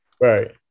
Right